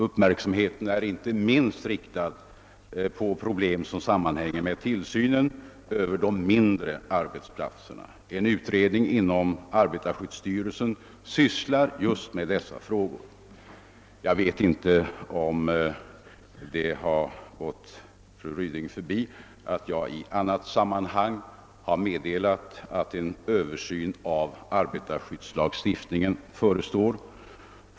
Uppmärksamheten är inte minst riktad mot problem som sammanhänger med tillsynen över de mindre arbetsplatserna. En utredning inom arbetarskyddsstyrelsen sysslar just med dessa frågor. Jag vet inte om det har gått fru Ryding förbi att jag vid annat tillfälle har meddelat att en översyn av arbetarskyddslagstiftningen förestår.